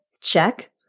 Check